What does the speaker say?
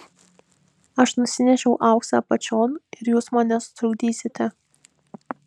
aš nusinešiau auksą apačion ir jūs man nesutrukdysite